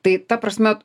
tai ta prasme